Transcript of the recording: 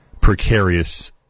precarious